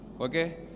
okay